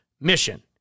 mission